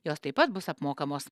jos taip pat bus apmokamos